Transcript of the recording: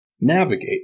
navigate